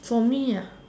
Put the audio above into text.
for me